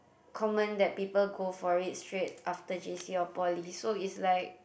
common that people go for it straight after J_C or poly so it's like